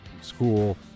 school